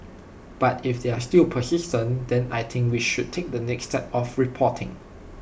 but if they are still persistent then I think we should take the next step of reporting